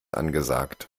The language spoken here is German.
angesagt